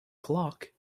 clock